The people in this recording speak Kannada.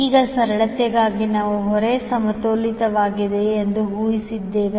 ಈಗ ಸರಳತೆಗಾಗಿ ನಾವು ಹೊರೆ ಸಮತೋಲಿತವಾಗಿದೆ ಎಂದು ಊಹಿಸಿದ್ದೇವೆ